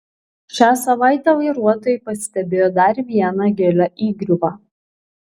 šią savaitę vairuotojai pastebėjo dar vieną gilią įgriuvą